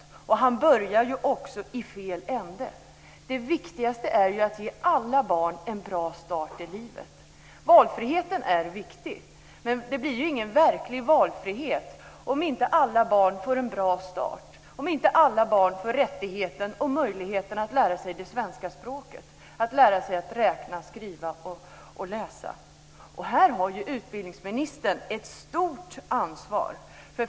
Skolministern börjar också i fel ände. Det viktigaste är ju att ge alla barn en bra start i livet. Valfriheten är viktig, men det blir ingen verklig valfrihet om inte alla barn får en bra start, om inte alla barn får rättigheten och möjligheten att lära sig det svenska språket och lära sig räkna, skriva och läsa. Här har utbildningsministern ett stort ansvar.